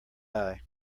eye